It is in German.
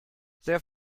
sehr